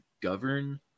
govern –